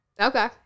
Okay